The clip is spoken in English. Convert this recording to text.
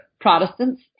Protestants